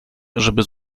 żeby